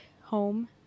home